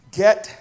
get